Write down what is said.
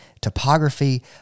topography